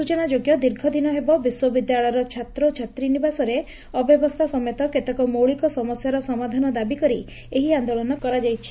ସୂଚନାଯୋଗ୍ୟ ଦୀର୍ଘଦିନହେବ ବିଶ୍ୱବିଦ୍ୟାଳୟର ଛାତ୍ର ଓ ଛାତ୍ରୀନିବାସରେ ଅବ୍ୟବସ୍ଥା ସମେତ କେତେକ ମୌଳିକ ସମସ୍ୟାର ସମାଧାନ ଦାବିକରି ଏହି ଆନ୍ଦୋଳନ କରିଛନ୍ତି